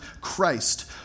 Christ